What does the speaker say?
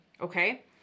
Okay